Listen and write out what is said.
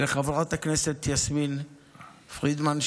ולחברות הכנסת יסמין פרידמן,